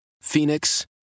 Phoenix